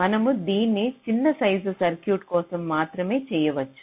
మనము దీన్ని చిన్న సైజు సర్క్యూట్ల కోసం మాత్రమే చేయవచ్చు